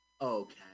Okay